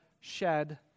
shed